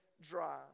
dry